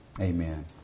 Amen